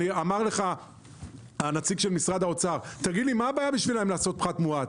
אמר לך הנציג של משרד האוצר: מה הבעיה שלהם לעשות פחת מואץ?